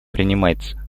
принимается